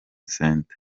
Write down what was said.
centre